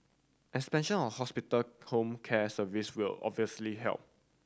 expansion of hospital home care service will obviously help